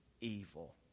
evil